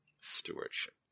Stewardship